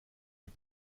les